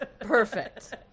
Perfect